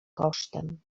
kosztem